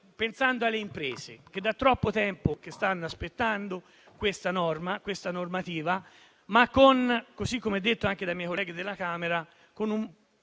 pensando alle imprese che da troppo tempo stanno aspettando questa normativa. Ma lo facciamo - così come detto dai miei colleghi della Camera